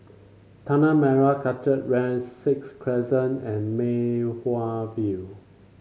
Tanah Merah Kechil Ran Sixth Crescent and Mei Hwan View